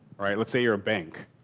right. let's say you're a bank.